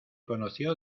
conoció